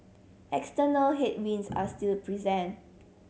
external headwinds are still present